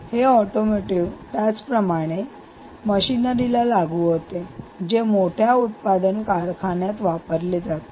हे ऑटोमोटिव त्याचप्रमाणे मशिनरी ला लागू होते जे मोठ्या उत्पादन कारखान्यात वापरले जाते